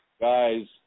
Guys